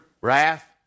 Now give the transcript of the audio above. wrath